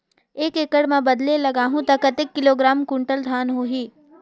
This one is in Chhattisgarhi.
एक एकड़ मां बदले लगाहु ता कतेक किलोग्राम कुंटल धान होही?